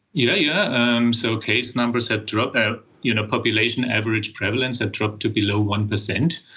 yeah yeah um so case numbers had dropped, ah you know population average prevalence had dropped to below one percent.